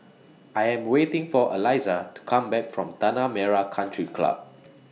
I Am waiting For Elisa to Come Back from Tanah Merah Country Club